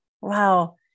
wow